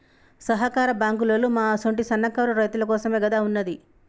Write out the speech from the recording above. సహకార బాంకులోల్లు మా అసుంటి సన్నకారు రైతులకోసమేగదా ఉన్నది